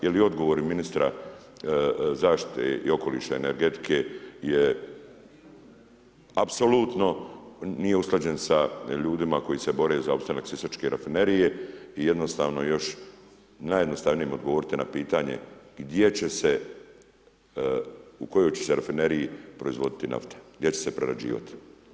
Jer i odgovori ministra zaštite okoliša i energetike je apsolutno nije usklađen sa ljudima koji se bore za opstanak Sisačke rafinerije i jednostavno još najjednostavnije mi je odgovoriti na pitanje gdje će se, u kojoj će se rafineriji proizvoditi nafta, gdje će se prerađivati.